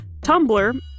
Tumblr